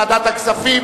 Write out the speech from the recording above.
ועדת הכספים,